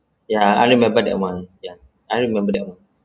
ya I only remember that [one] ya I only remember that